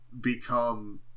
become